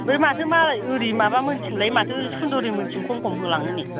एमफाय माथो मालाइ ओरै माबा मोननि थिंलाय माथो सुनद'रि मोननि थिं खम खम होलाङोनो